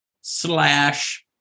slash